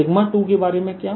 2 के बारे में क्या